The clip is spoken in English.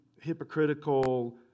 hypocritical